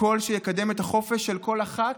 הקול שיקדם את החופש של כל אחת